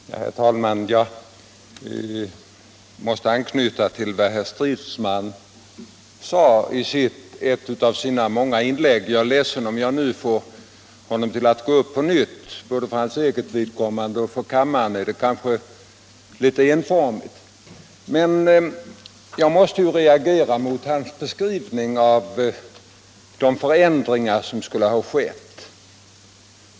Herr talman! Jag måste anknyta till vad herr Stridsman sade i ett av sina många inlägg. Jag är ledsen om jag nu får honom att gå upp på nytt: både för hans eget vidkommande och för kammaren är det kanske litet enformigt. Men jag måste ju reagera mot hans beskrivning av de förändringar som skulle ha skett.